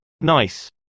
Nice